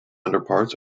underparts